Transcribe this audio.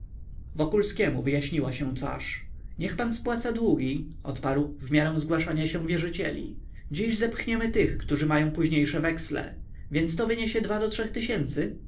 wokulskiemu wyjaśniła się twarz niech pan spłaca długi odparł w miarę zgłaszania się wierzycieli dziś zepchniemy tych którzy mają późniejsze weksle więc to wyniesie dwa do trzech tysięcy